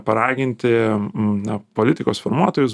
paraginti na politikos formuotojus